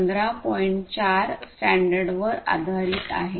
4 स्टँडर्डवर आधारित आहेत